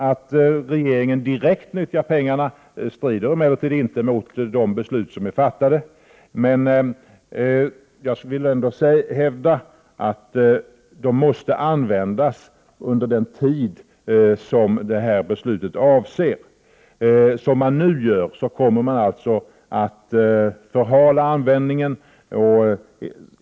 Att regeringen direkt nyttjar pengarna strider emellertid inte mot de beslut som har fattats, men jag vill ändå hävda att medlen måste användas under den tid som beslutet avser. Som man nu gör kommer man alltså att förhala användningen.